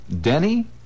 Denny